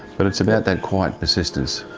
but it's about that quite persistence,